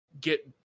get